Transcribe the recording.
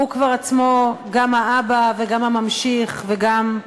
הוא כבר עצמו גם האבא וגם הממשיך וגם,